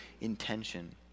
intention